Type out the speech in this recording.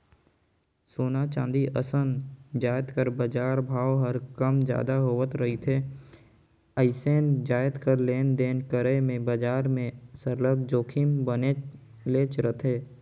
सोना, चांदी असन जाएत कर बजार भाव हर कम जादा होत रिथे अइसने जाएत कर लेन देन करई में बजार में सरलग जोखिम बनलेच रहथे